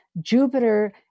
Jupiter